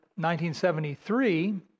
1973